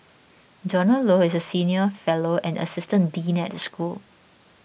Donald Low is a senior fellow and assistant dean at the school